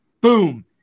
boom